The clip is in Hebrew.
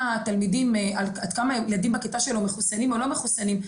הילדים בכיתה שלו מחוסנים או לא מחוסנים,